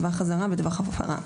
טווח אזהרה וטווח הפרה.